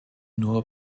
nur